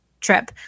trip